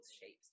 shapes